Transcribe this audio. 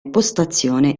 postazione